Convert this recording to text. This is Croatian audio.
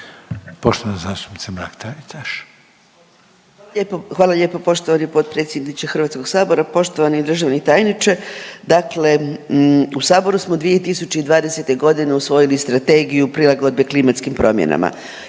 **Mrak-Taritaš, Anka (GLAS)** Hvala lijepo poštovani potpredsjedniče HS-a, poštovani državni tajniče. Dakle u Saboru smo 2020. g. usvojili Strategiju prilagodbe klimatskim promjenama.